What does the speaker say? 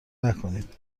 نکنید